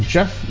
Jeff